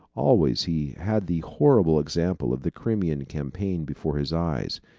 always he had the horrible example of the crimean campaign before his eyes,